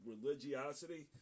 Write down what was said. religiosity